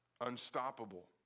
unstoppable